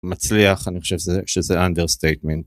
מצליח, אני חושב שזה אנדרסטייטמינט.